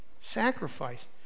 Sacrifice